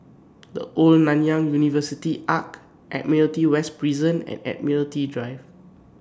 The Old Nanyang University Arch Admiralty West Prison and Admiralty Drive